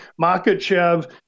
Makachev